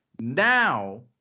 now